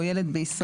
או ילד בישראל.